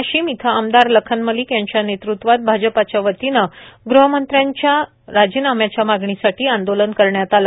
वाशीम इथ आमदार लखन मलिक यांच्या नेतृत्वात भाजपच्या वतीने ग़हमंत्री अनिल देशमूख यांच्या मागणी साठी आंदोलन करण्यात आले